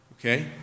Okay